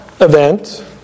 event